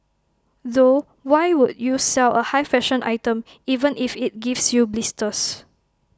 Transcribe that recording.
though why would you sell A high fashion item even if IT gives you blisters